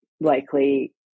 likely